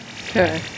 Okay